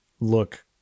look